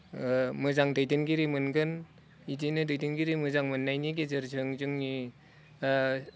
मोजां दैदेनगिरि मोनगोन इदिनो दैदेनगिरि मोजां मोननायनि गेजेरजों जोंनि